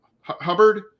Hubbard